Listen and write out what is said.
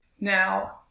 Now